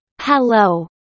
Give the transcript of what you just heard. Hello